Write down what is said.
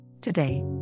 Today